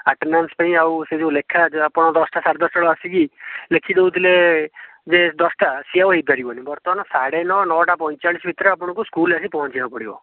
attendance ପାଇଁ ଆଉ ସେ ଯେଉଁ ଲେଖା ଯେଉଁ ଆପଣ ଦଶଟା ସାଢ଼େ ଦଶଟା କୁ ଆସିକି ଲେଖି ଦେଉଥିଲେ ଯେ ଦଶଟା ସେ ଆଉ ହେଇ ପାରିବ ନି ବର୍ତ୍ତମାନ ସାଢ଼େ ନଅ ନଅ ଟା ପଇଁଚାଳିଶ ଭିତରେ ଆପଣଙ୍କୁ ସ୍କୁଲ ଆସି ପହଞ୍ଚିବା କୁ ପଡ଼ିବ